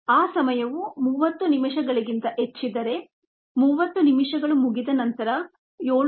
ಆ ಸಮಯವು 30 ನಿಮಿಷಗಳಿಗಿಂತ ಹೆಚ್ಚಿದ್ದರೆ 30 ನಿಮಿಷಗಳು ಮುಗಿದ ನಂತರ 7